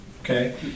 okay